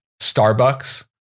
Starbucks